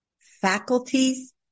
faculties